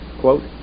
quote